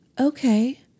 Okay